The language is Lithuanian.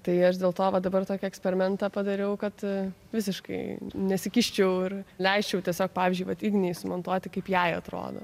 tai aš dėl to va dabar tokį eksperimentą padariau kad visiškai nesikiščiau ir leisčiau tiesiog pavyzdžiui vat ignei sumontuoti kaip jai atrodo